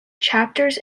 chapters